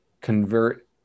convert